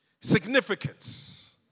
Significance